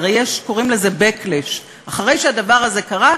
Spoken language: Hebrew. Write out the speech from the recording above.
חברי חברי הכנסת,